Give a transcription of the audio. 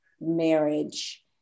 marriage